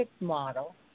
model